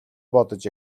бодож